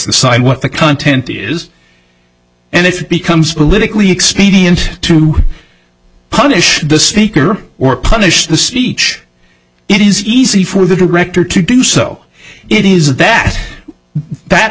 side what the content is and if it becomes politically expedient to punish the speaker or punish the speech it is easy for the director to do so it is that that